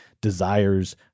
desires